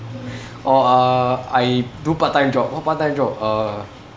oh uh I do part time job what part time job uh